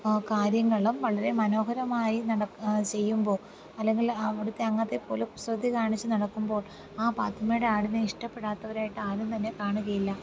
കാര്യങ്ങളും വളരെ മനോഹരമായി നടന്ന് ചെയ്യുമ്പോൾ അല്ലെങ്കിൽ അവിടുത്തെ അംഗത്തെ പോലെ കുസൃതി കാണിച്ച് നടക്കുമ്പോൾ ആ പത്തുമ്മയുടെ ആടിനെ ഇഷ്ടപ്പെടാത്തവരായിട്ട് ആരും തന്നെ കാണുകയില്ല